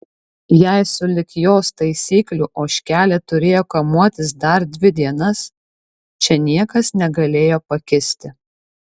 jei sulig jos taisyklių ožkelė turėjo kamuotis dar dvi dienas čia niekas negalėjo pakisti